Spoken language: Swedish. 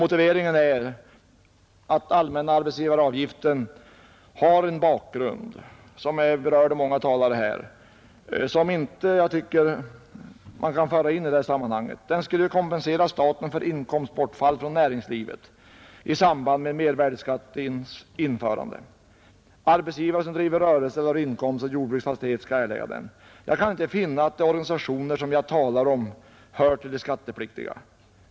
Motiveringen för att göra detta undantag är att allmänna arbetsgivaravgiften, som framhållits av många talare här, har en bakgrund som jag inte tycker att man kan föra in i detta sammanhang. Arbetsgivaravgiften skulle kompensera staten för inkomstbortfall från näringslivet i samband med mervärdeskattens införande. Avgiften skall erläggas av arbetsgivare som driver rörelse eller har inkomst från jordbruksfastighet. Jag kan inte finna att de organisationer som jag här talar om hör till de skattpliktiga.